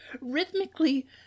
rhythmically